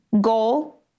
goal